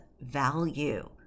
value